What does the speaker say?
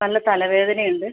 നല്ല തലവേദന ഉണ്ട്